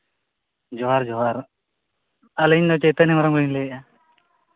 ᱡᱚᱦᱟᱨ ᱡᱚᱦᱟᱨ ᱟᱹᱞᱤᱧ ᱫᱚ ᱪᱳᱭᱛᱚᱱᱱᱚ ᱦᱮᱢᱵᱨᱚᱢ ᱞᱤᱧ ᱞᱟᱹᱭᱮᱫᱼᱟ